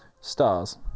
stars